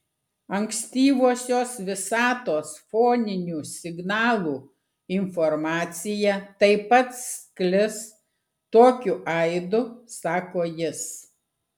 ankstyvosios visatos foninių signalų informacija taip pat sklis tokiu aidu sako jis